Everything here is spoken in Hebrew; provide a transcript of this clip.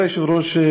כבוד היושב-ראש,